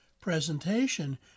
presentation